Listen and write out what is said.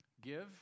Give